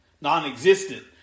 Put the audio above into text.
non-existent